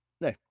No